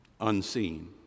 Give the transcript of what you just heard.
unseen